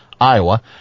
Iowa